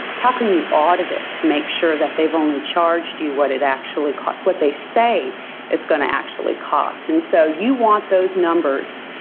how can you audit it to make sure that they've only charged you what it actually cost what they say it's going to actually cost? and so, you want those numbers